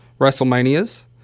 WrestleManias